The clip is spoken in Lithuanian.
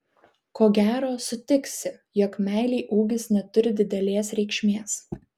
ko gero sutiksi jog meilei ūgis neturi didelės reikšmės